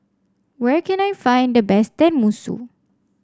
where can I find the best Tenmusu